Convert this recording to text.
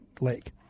Lake